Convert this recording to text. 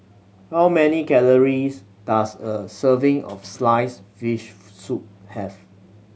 how many calories does a serving of sliced fish soup have